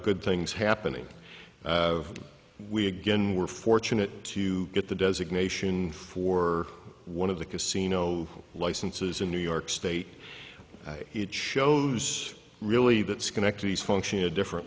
good things happening we again were fortunate to get the designation for one of the casino licenses in new york state it shows really that schenectady is functioning a different